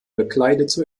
bekleidete